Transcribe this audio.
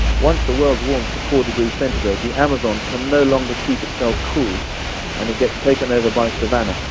once the world warms to four degrees centigrade, the amazon can no longer keep itself cool and it gets taken over by savannah.